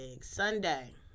Sunday